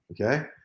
Okay